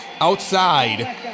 Outside